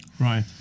Right